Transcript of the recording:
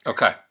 Okay